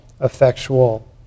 effectual